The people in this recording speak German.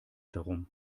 darum